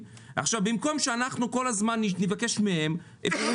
לפחות נוכל לקחת כסף, אבל לא.